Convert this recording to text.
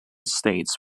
states